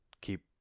keep